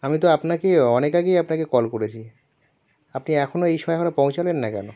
আমি তো আপনাকে অনেক আগেই আপনাকে কল করেছি আপনি এখনও এই পৌঁছালেন না কেন